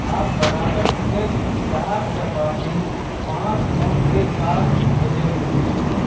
आप बढ़ा कर उसे चार चपाती पाँच नान के साथ मुझे भेजें